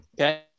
Okay